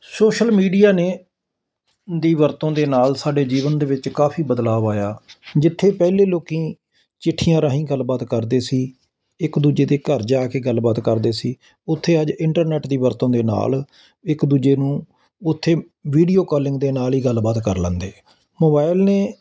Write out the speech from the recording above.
social media ਨੇ ਦੀ ਵਰਤੋਂ ਦੇ ਨਾਲ ਸਾਡੇ ਜੀਵਨ ਦੇ ਵਿੱਚ ਕਾਫ਼ੀ ਬਦਲਾਅ ਆਇਆ ਜਿੱਥੇ ਪਹਿਲਾਂ ਲੋਕ ਚਿੱਠੀਆਂ ਰਾਹੀਂ ਗੱਲਬਾਤ ਕਰਦੇ ਸੀ ਇੱਕ ਦੂਜੇ ਦੇ ਘਰ ਜਾ ਕੇ ਗੱਲਬਾਤ ਕਰਦੇ ਸੀ ਉੱਥੇ ਅੱਜ ਇੰਟਰਨੈਟ ਦੀ ਵਰਤੋਂ ਦੇ ਨਾਲ ਇੱਕ ਦੂਜੇ ਨੂੰ ਉੱਥੇ ਵੀਡੀਓ ਕਾਲਿੰਗ ਦੇ ਨਾਲ ਹੀ ਗੱਲਬਾਤ ਕਰ ਲੈਂਦੇ ਮੋਬਾਇਲ ਨੇ